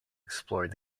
explored